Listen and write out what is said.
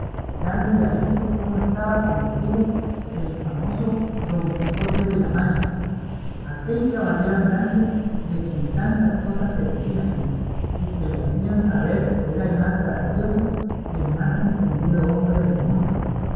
dándole aviso como estaba consigo el famoso don quijote de la mancha aquel caballero andante de quien tantas cosas se decían y que le hacía saber que era el más gracioso y el más entendido hombre del mundo